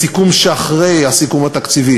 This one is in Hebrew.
בסיכום שאחרי הסיכום התקציבי,